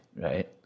right